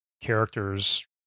character's